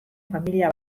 familia